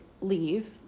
leave